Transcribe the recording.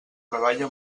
treballa